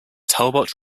talbot